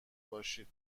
باشید